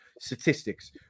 statistics